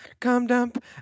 come-dump